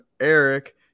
Eric